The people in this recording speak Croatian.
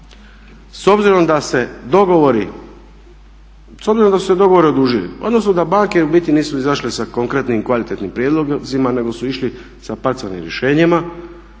S obzirom da su se dogovori odužili, odnosno da banke u biti nisu izašle sa konkretnim kvalitetnim prijedlozima nego su išli sa parcijalnim rješenjima